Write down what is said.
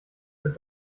für